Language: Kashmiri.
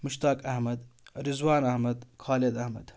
مُشتاق احمد رِضوان احمد خالِد احمد